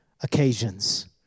occasions